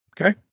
Okay